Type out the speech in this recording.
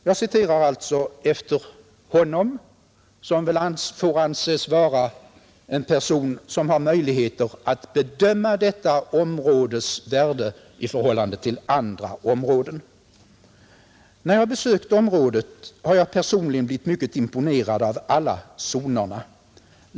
Jag citerar alltså efter honom, som väl får anses vara en person som har möjligheter att bedöma detta områdes värde i förhållande till andra områden: ”När jag besökte området har jag personligen blivit mycket imponerad av alla zonerna.